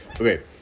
Okay